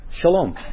Shalom